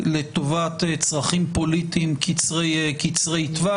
לטובת צרכים פוליטיים קצרי טווח.